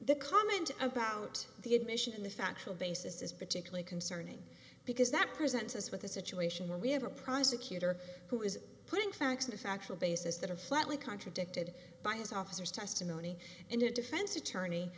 the comment about the admission in the factual basis is particularly concerning because that presents us with a situation where we have a prosecutor who is putting facts in a factual basis that are flatly contradicted by his officers testimony and a defense attorney